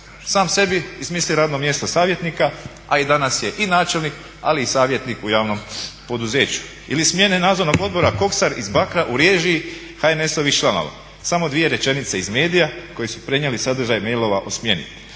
sam sebi izmisli radno mjesto savjetnika, a danas je i načelnik ali i savjetnik u javnom poduzeću. Ili smjene Nadzornog odbora Koksar iz Bakra u režiji HNS-ovih članova. Samo dvije rečenice iz medija koji su prenijeli sadržaj mailova o smjeni.